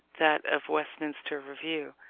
that of westminster review.